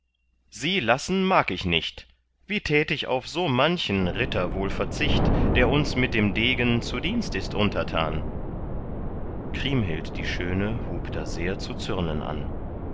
sie lassen mag ich nicht wie tät ich auf so manchen ritter wohl verzicht der uns mit dem degen zu dienst ist untertan kriemhild die schöne hub da sehr zu zürnen an